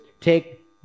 take